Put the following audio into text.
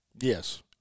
Yes